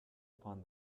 upon